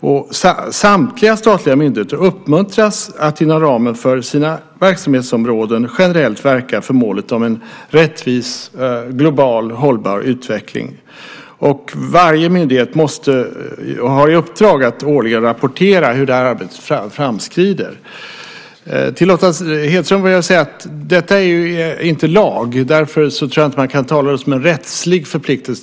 Samtliga statliga myndigheter uppmuntras att inom ramen för sina verksamhetsområden generellt verka för målet en rättvis global hållbar utveckling. Varje myndighet har i uppdrag att årligen rapportera hur det här arbetet framskrider. Till Lotta Hedström vill jag säga att detta ju inte är lag, och därför tror jag inte att man kan tala om det som en rättslig förpliktelse.